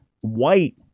White